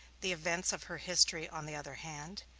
the events of her history, on the other hand,